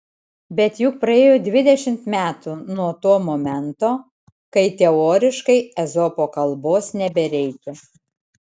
bet juk praėjo dvidešimt metų nuo to momento kai teoriškai ezopo kalbos nebereikia